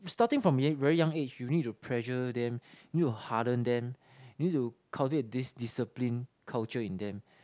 starting from very very young age you need to pressure them you need to harden them you need to cultivate this discipline culture in them